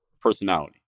personality